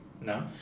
No